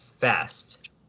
fast